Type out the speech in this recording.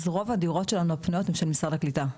אז רוב הדירות שלנו הפנויות הן של משרד הקליטה,